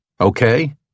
okay